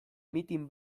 mitin